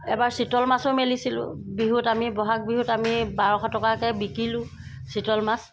এবাৰ চিতল মাছো মেলিছিলোঁ বিহুত আমি বহাগ বিহুত আমি বাৰশ টকাকৈ বিকিলোঁ চিতল মাছ